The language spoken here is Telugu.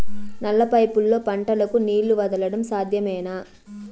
నల్ల పైపుల్లో పంటలకు నీళ్లు వదలడం సాధ్యమేనా?